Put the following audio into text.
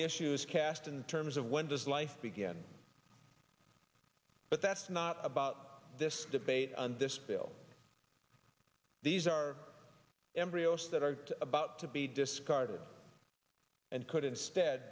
issue is cast in terms of when does life begin but that's not about this debate on this bill these are embryos that are about to be discarded and could instead